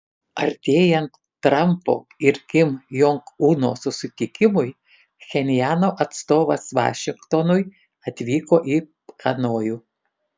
artėjant trampo ir kim jong uno susitikimui pchenjano atstovas vašingtonui atvyko į hanojų